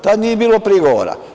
Tada nije bilo prigovora.